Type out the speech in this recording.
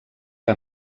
que